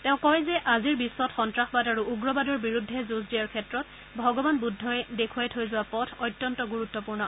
তেওঁ কয় যে আজিৰ বিখ্বত সন্তাসবাদ আৰু উগ্ৰবাদৰ বিৰুদ্ধে যুঁজ দিয়াৰ ক্ষেত্ৰত ভগৱান বুদ্ধই দেখুৱাই থৈ যোৱা পথ অত্যন্ত গুৰত্বপূৰ্ণ